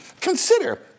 consider